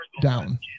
down